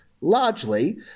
largely